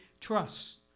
trust